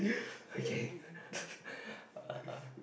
okay uh